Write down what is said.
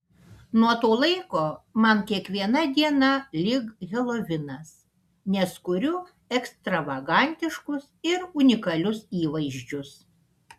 nuo to laiko man kiekviena diena lyg helovinas nes kuriu ekstravagantiškus ir unikalius įvaizdžius